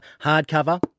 hardcover